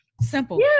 simple